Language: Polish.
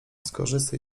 skorzystaj